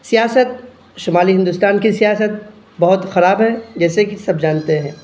سیاست شمالی ہندوستان کی سیاست بہت خراب ہے جیسے کہ سب جانتے ہیں